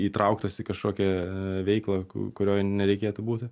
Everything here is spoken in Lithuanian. įtrauktas į kažkokią veiklą kurioj nereikėtų būti